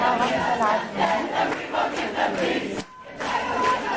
हाँ हाँ मैं कल आ जाऊँगी ओके ओके जी